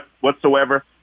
whatsoever